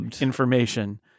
information